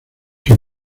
que